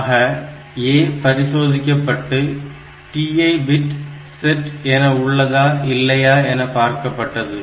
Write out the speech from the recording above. ஆக A பரிசோதிக்கப்பட்டு TI bit set என உள்ளதா இல்லையா என பார்க்கப்பட்டது